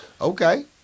Okay